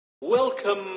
Welcome